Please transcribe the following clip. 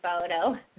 photo